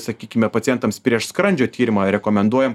sakykime pacientams prieš skrandžio tyrimą rekomenduojam